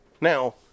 Now